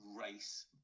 race